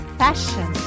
fashion